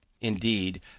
Indeed